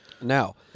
Now